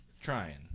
Trying